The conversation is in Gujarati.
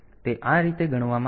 તેથી તે આ રીતે ગણવામાં આવે છે